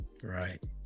right